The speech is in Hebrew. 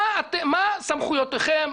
מה סמכויותיכם?